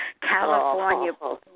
California